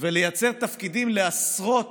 ולייצר תפקידים לעשרות,